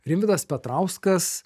rimvydas petrauskas